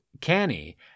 canny